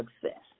success